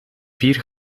vier